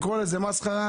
לקרוא לזה מסחרה?